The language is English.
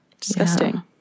Disgusting